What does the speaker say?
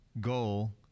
goal